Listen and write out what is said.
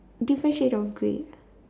different shade of grey ah